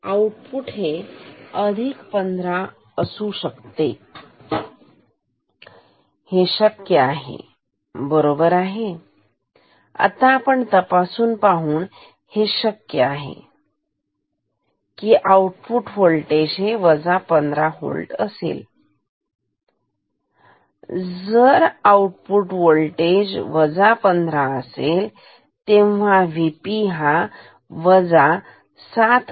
तर आउटपुट हे अधिक 15 होल्ट असू शकते तर हे शक्य आहे हे बरोबर आहे आता आपण तपासून पाहून हे शक्य आहे का की आउटपुट वोल्टेज हे 15 होल्ट असेल हे शक्य आहे आपण तपासून पाहून जर आउटपुट वोल्टेज 15 असेल तेव्हा VP हा वजा 7